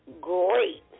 great